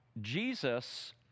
Jesus